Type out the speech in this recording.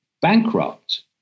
bankrupt